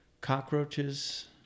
cockroaches